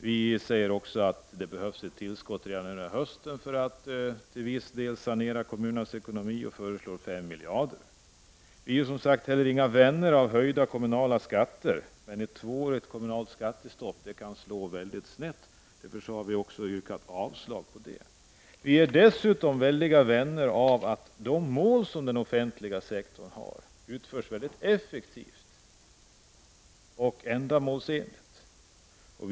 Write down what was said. Vi säger också att det behövs ett tillskott redan den här hösten för att till viss del sanera kommunernas ekonomi och föreslår 5 miljarder. Vi är som sagt heller inga vänner av höjda kommunalskatter, men ett två årigt kommunalt skattestopp kan slå väldigt snett. Därför har vi också yrkat avslag på det. Vi är dessutom vänner av att de uppgifter som den offentliga sektorn har utförs på ett effektivt och ändamålsenligt sätt.